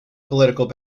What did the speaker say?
political